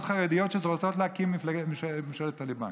החרדיות רוצות להקים ממשלת טליבאן.